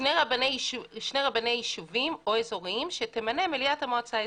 שני רבני יישובים או אזוריים שתמנה מליאת המועצה האזורית.